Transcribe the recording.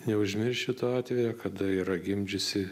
neužmiršiu to atvejo kada yra gimdžiusi